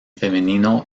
femenino